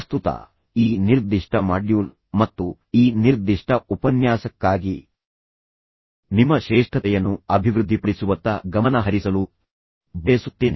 ಪ್ರಸ್ತುತ ಈ ನಿರ್ದಿಷ್ಟ ಮಾಡ್ಯೂಲ್ ಮತ್ತು ಈ ನಿರ್ದಿಷ್ಟ ಉಪನ್ಯಾಸಕ್ಕಾಗಿ ನಾನು ನಿಮ್ಮ ಶ್ರೇಷ್ಠತೆಯನ್ನು ಅಭಿವೃದ್ಧಿಪಡಿಸುವತ್ತ ಗಮನ ಹರಿಸಲು ಬಯಸುತ್ತೇನೆ